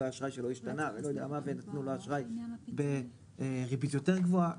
האשראי שלו השתנה ונתנו אשראי בריבית יותר גבוהה.